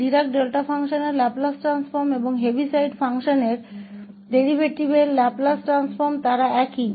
तो Dirac delta function का Laplace transform और हेविसाइड फ़ंक्शन के डेरीवेटिव के लाप्लास ट्रांसफॉर्म वे समान हैं